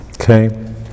Okay